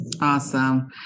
Awesome